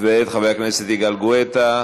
חבר הכנסת יגאל גואטה.